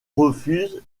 refuse